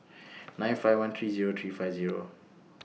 nine five one three Zero three five Zero